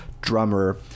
drummer